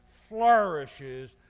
flourishes